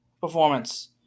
performance